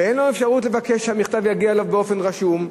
ואין לו אפשרות לבקש שהמכתב יגיע אליו רשום,